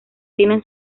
tienen